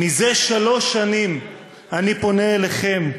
"מזה שלוש שנים אני פונה אליכם,